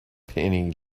penny